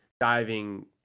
diving